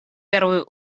первую